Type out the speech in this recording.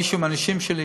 כמו שאמרתי,